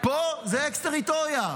פה זה אקס טריטוריה,